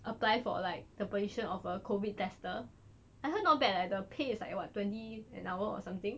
apply for like the position of a COVID tester I heard not bad leh the pay is like what twenty an hour or something